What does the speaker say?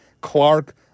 Clark